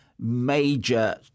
major